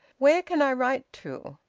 where can i write to?